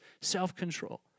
self-control